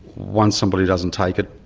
once somebody doesn't take it,